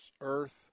earth